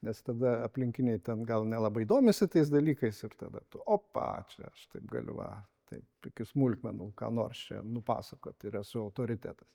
nes tada aplinkiniai ten gal nelabai domisi tais dalykais ir tada tu opa čia aš taip galiu va taip iki smulkmenų ką nors čia nupasakot ir esu autoritetas